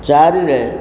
ଚାରିରେ